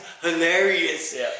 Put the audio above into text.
hilarious